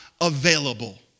available